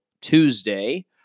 Tuesday